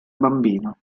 bambino